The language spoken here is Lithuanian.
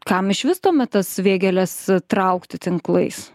kam iš vis tuomet tas vėgėles traukti tinklais